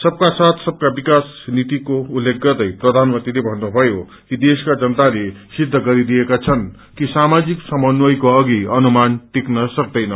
सबका साथ सबका विकास नीतिको उत्लेख गर्दै प्रधानमंत्रीले भन्नुभयो कि देशका जनताले सिद्ध गरिदिएका छनृ कि सामाजिक समन्वयको अघि अनुमान टिक्दैन